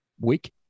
week